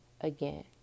again